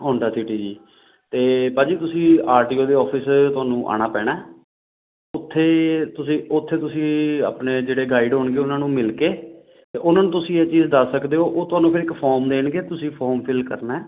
Honda City ਜੀ ਅਤੇ ਭਾਅ ਜੀ ਤੁਸੀਂ ਆਰ ਟੀ ਓ ਦੇ ਆਫਿਸ ਤੁਹਾਨੂੰ ਆਉਣਾ ਪੈਣਾ ਉੱਥੇ ਤੁਸੀਂ ਉੱਥੇ ਤੁਸੀਂ ਆਪਣੇ ਜਿਹੜੇ ਗਾਈਡ ਹੋਣਗੇ ਉਹਨਾਂ ਨੂੰ ਮਿਲ ਕੇ ਅਤੇ ਉਹਨਾਂ ਨੂੰ ਤੁਸੀਂ ਇਹ ਚੀਜ਼ ਦੱਸ ਸਕਦੇ ਹੋ ਉਹ ਤੁਹਾਨੂੰ ਫਿਰ ਇੱਕ ਫੋਰਮ ਦੇਣਗੇ ਤੁਸੀਂ ਫੋਰਮ ਫਿੱਲ ਕਰਨਾ ਹੈ